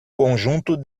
conjunto